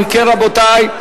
אם כן, רבותי,